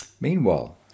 Meanwhile